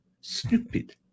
Stupid